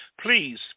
Please